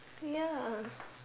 ya